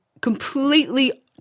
completely